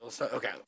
okay